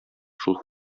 шул